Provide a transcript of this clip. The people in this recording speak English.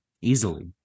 easily